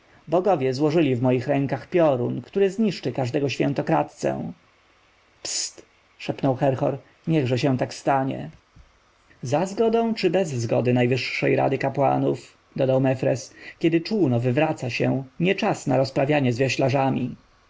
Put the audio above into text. bogowie złożyli w moich rękach piorun który zniszczy każdego świętokradcę psyt szepnął herhor niechże się tak stanie za zgodą czy bez zgody najwyższej rady kapłanów dodał mefres kiedy czółno wywraca się nie czas na rozprawianie z